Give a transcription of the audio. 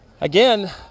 Again